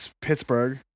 pittsburgh